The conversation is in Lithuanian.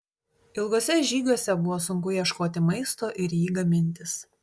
ilguose žygiuose buvo sunku ieškoti maisto ir jį gamintis